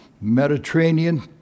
Mediterranean